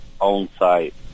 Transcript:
on-site